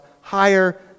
higher